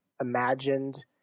imagined